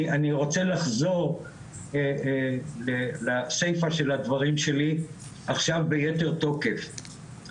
אני רוצה לחזור לשפע של הדברים שלי עכשיו בייתר תוקף,